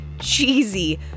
cheesy